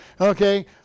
Okay